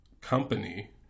company